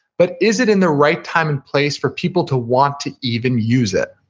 but, is it in the right time and place for people to want to even use it?